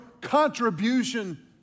contribution